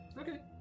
okay